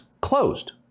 closed